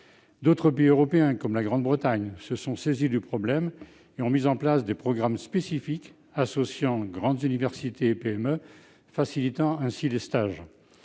D'autres pays européens, comme le Royaume-Uni, se sont saisis du problème et ont mis en place des programmes spécifiques associant grandes universités et PME et facilitant les stages.